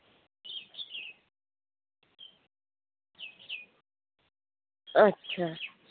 ᱟᱪᱪᱷᱟ